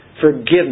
forgiveness